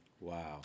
Wow